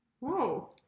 whoa